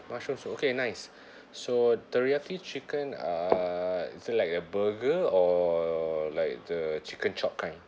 mushrooms okay nice so teriyaki chicken uh is it like a burger or like the chicken chop kind